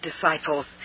disciples